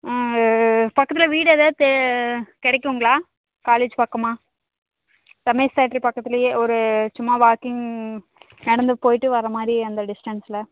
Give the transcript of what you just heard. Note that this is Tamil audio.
பக்கத்தில் வீடு ஏதாவது தெ கிடைக்குங்களா காலேஜ் பக்கமாக ஃபேக்ட்ரி பக்கத்துலையே ஒரு சும்மா வாக்கிங் நடந்து போயிவிட்டு வர மாதிரி அந்த டிஸ்டன்ஸில்